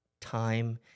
time